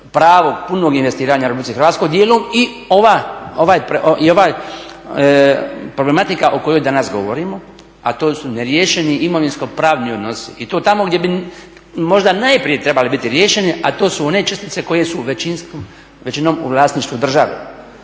pravog, punog investiranja u RH dijelom je i ova problematika o kojoj danas govorimo a to su neriješeni imovinsko-pravni odnosi. I to tamo gdje bi možda najprije trebali biti riješeni, a to su one čestice koje su većinom u vlasništvu države.